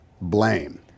blame